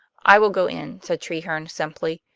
i will go in, said treherne simply.